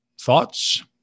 thoughts